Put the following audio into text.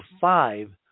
five